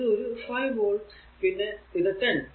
ഇത് ഒരു 5 വോൾട് പിന്നെ ഇത് 10